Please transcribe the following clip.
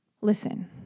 listen